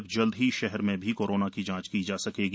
अब जल्द ही शहर में भी कोरोना की जांच की जा सकेगी